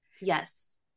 Yes